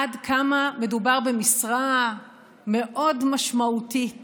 עד כמה מדובר במשרה מאוד משמעותית